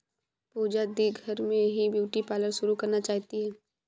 पूजा दी घर में ही ब्यूटी पार्लर शुरू करना चाहती है